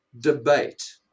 debate